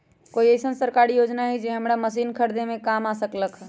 कोइ अईसन सरकारी योजना हई जे हमरा मशीन खरीदे में काम आ सकलक ह?